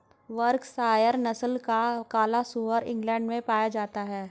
Berkshire नस्ल का काला सुअर इंग्लैण्ड में पाया जाता है